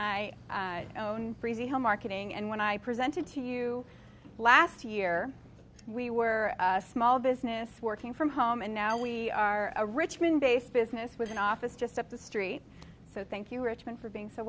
and i own reveal marketing and when i presented to you last year we were a small business working from home and now we are a richmond based business with an office just up the street so thank you richmond for being so